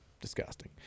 disgusting